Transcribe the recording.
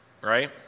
right